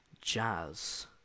jazz